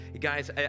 Guys